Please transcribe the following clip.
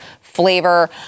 flavor